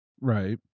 Right